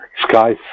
Sky